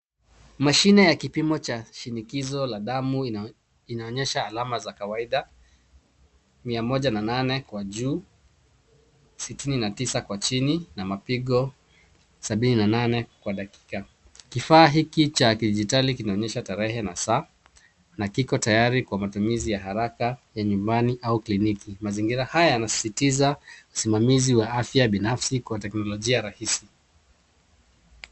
Mashine ya kipimo cha shinikizo la damu inaonyesha alama za kawaida mia moja na nane kwa juu, sitini na tisa kwa chini na mapigo sabini na nane kwa dakika. Kifaa hiki cha kidijitali kinaonyesha tarehe na saa na kiko tayari kwa matumizi ya haraka ya nyumbani au kliniki. Mazingira haya yanasisitiza usimamizi wa afya binafsi kwa teknolojia rahisi.